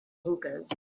hookahs